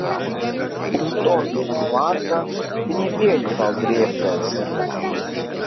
už tokį palivarką pinigėlių tau drėbtels